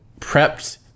prepped